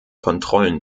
kontrollen